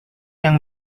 yang